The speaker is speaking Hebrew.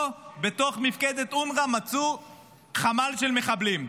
פה בתוך מפקדת אונר"א מצאו חמ"ל של מחבלים,